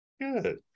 Good